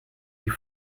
die